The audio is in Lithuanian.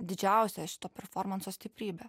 didžiausia šito performanso stiprybė